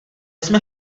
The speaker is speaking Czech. jsme